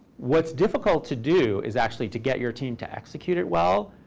what's difficult to do is actually to get your team to execute it well,